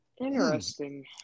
Interesting